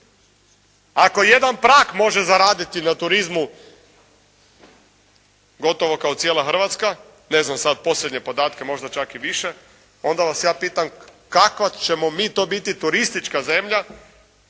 Ako jedan Prag može zaraditi na turizmu gotovo kao cijela Hrvatska. Ne znam sad posljednje podatke možda čak i više. Onda vas ja pitam kakva ćemo mi to biti turistička zemlja,